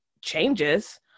changes